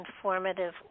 informative